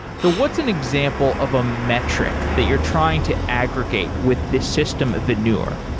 so what's an example of a metric that you're trying to aggregate with this system of veneur?